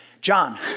John